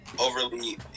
overly